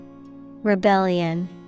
Rebellion